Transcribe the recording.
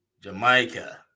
Jamaica